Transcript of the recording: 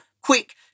Quick